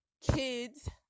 kids